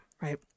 Right